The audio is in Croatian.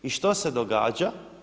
I što se događa?